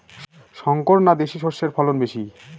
শংকর না দেশি সরষের ফলন বেশী?